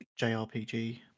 JRPG